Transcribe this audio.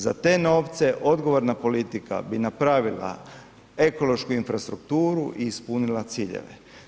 Za te novce odgovorna politika bi napravila ekološku infrastrukturu i ispunila ciljeve.